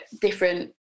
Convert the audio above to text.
different